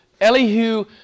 Elihu